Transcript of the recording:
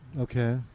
okay